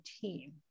team